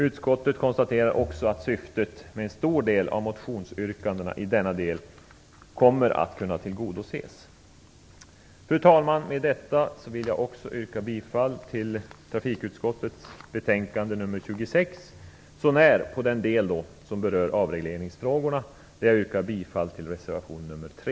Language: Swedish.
Utskottet konstaterar också att syftet med en stor del av motionsyrkandena i denna del torde komma att tillgodoses. Fru talman! Med det anförda vill jag yrka bifall till hemställan i trafikutskottets betänkande nr 26, så när på den del som berör avregleringsfrågorna, där jag yrkar bifall till reservation nr 3.